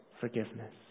forgiveness